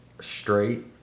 straight